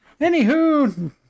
Anywho